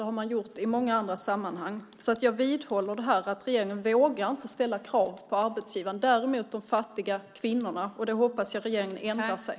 Det har man gjort i många andra sammanhang. Jag vidhåller att regeringen inte vågar ställa krav på arbetsgivarna, däremot på de fattiga kvinnorna. Där hoppas jag att regeringen ändra sig.